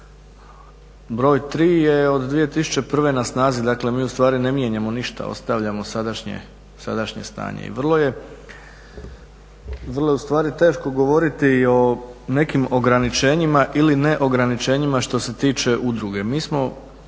broj tri je od 2001. na snazi, dakle mi u stvari ne mijenjamo ništa, ostavljamo sadašnje stanje. I vrlo je u stvari teško govoriti i o nekim ograničenjima ili ne ograničenjima što se tiče udruge.